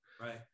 Right